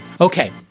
Okay